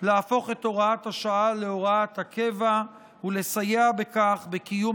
להפוך את הוראת השעה להוראת קבע ולסייע בכך בקיום